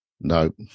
nope